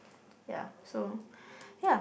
yeah so yeah